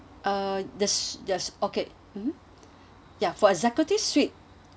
uh there's just okay mmhmm ya for executive suite